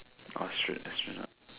astro~ astronaut